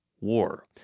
war